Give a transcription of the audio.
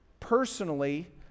personally